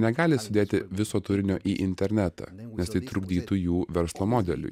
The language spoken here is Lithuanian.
negali sudėti viso turinio į internetą nes tai trukdytų jų verslo modeliui